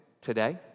today